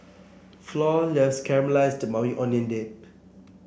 Flor loves Caramelized Maui Onion Dip